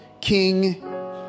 King